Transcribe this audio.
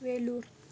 Vellore